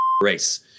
race